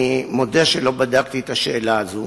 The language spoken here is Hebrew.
אני מודה שלא בדקתי את השאלה הזו.